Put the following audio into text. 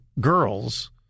girls